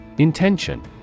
Intention